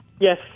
Yes